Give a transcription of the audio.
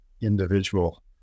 individual